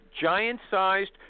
giant-sized